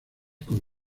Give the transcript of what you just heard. con